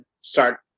start